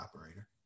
operator